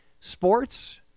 sports